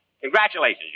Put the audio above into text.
Congratulations